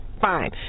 fine